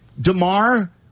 DeMar